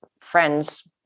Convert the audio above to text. friends